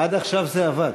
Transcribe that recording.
עד עכשיו זה עבד.